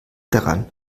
daran